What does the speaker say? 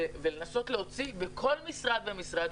ולנסות להוציא בכל משרד ומשרד,